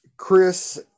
Chris